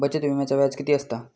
बचत विम्याचा व्याज किती असता?